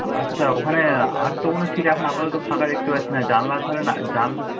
আচ্ছা ওখানে আর তো কোনো সিট এখন আপাতত ফাঁকা দেখতে পাচ্ছি না জানালার ধারে না